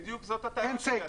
בדיוק זאת הטענה שלי.